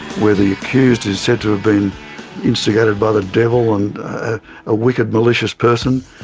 where the accused is said to have been instigated by the devil and a wicked, malicious person.